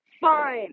fine